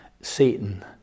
Satan